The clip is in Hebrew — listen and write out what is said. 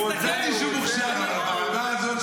ידעתי שהוא מוכשר אבל בוועדה הזאת,